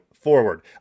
Forward